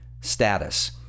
status